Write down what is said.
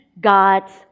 God's